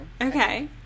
Okay